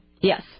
Yes